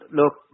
look